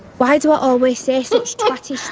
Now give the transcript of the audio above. why do i always say such